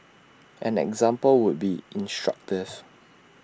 an example would be instructive